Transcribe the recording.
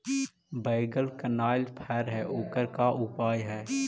बैगन कनाइल फर है ओकर का उपाय है?